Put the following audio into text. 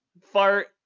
fart